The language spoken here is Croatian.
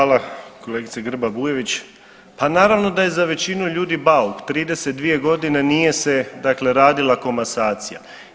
Hvala kolegice Grba Bujević, pa naravno da je za većinu ljudi bauk, 32 godine nije se dakle radila komasacija.